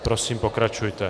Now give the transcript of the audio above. Prosím, pokračujte.